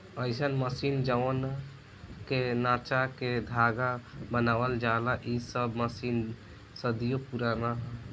अईसन मशीन जवना के नचा के धागा बनावल जाला इ सब मशीन सदियों पुराना ह